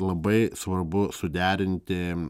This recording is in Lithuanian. labai svarbu suderinti